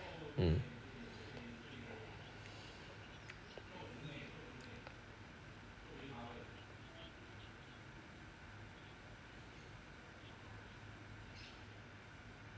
mm